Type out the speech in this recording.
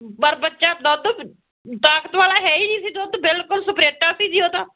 ਪਰ ਬੱਚਾ ਦੁੱਧ ਤਾਕਤ ਵਾਲਾ ਹੈ ਹੀ ਨਹੀਂ ਸੀ ਦੁੱਧ ਬਿਲਕੁਲ ਸਪਰੇਟਾ ਸੀ ਜੀ ਉਹ ਤਾਂ